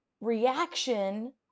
reaction